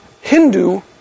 Hindu